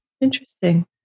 Interesting